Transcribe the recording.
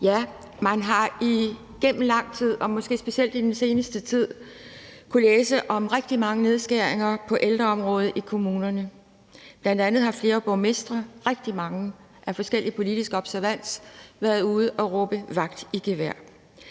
det. Man har igennem lang tid, og måske specielt i den seneste tid, kunnet læse om rigtig mange nedskæringer på ældreområdet i kommunerne. Bl.a har flere borgmestre, rigtig mange, af forskellig politisk observans været ude at råbe vagt i gevær.